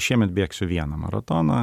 šiemet bėgsiu vieną maratoną